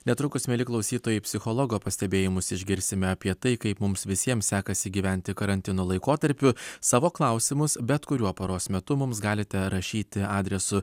netrukus mieli klausytojai psichologo pastebėjimus išgirsime apie tai kaip mums visiems sekasi gyventi karantino laikotarpiu savo klausimus bet kuriuo paros metu mums galite rašyti adresu